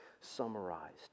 summarized